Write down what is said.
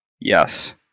Yes